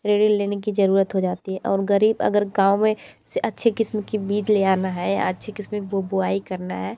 ऋण लेने की जरूरत हो जाती है और गरीब अगर गाँव में से अच्छे किस्म की बीज ले आना है या अच्छे किस्म बोआई करना है